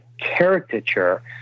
caricature